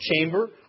chamber